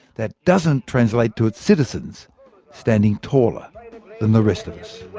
that doesn't translate to its citizens standing taller than the rest of us